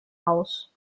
aus